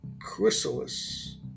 chrysalis